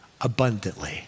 abundantly